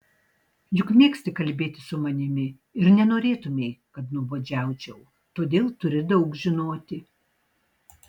juk mėgsti kalbėti su manimi ir nenorėtumei kad nuobodžiaučiau todėl turi daug žinoti